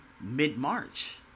mid-March